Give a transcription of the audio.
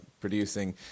producing